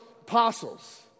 apostles